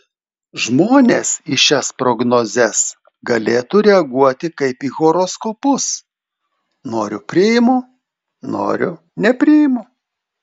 žmonės į šias prognozes galėtų reaguoti kaip į horoskopus noriu priimu noriu nepriimu